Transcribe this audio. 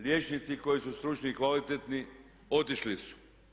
Liječnici koji su stručni i kvalitetni otišli su.